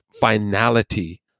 finality